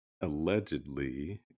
allegedly